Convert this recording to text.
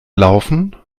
laufen